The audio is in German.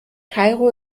kairo